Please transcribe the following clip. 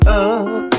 up